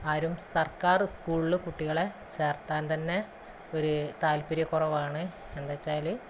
ആരും സർക്കാർ സ്കൂളിൽ കുട്ടികളെ ചേർത്താൻ തന്നെ ഒരു താല്പര്യ കുറവാണ് എന്ന് വച്ചാൽ